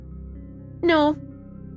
No